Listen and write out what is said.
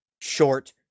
short